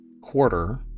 quarter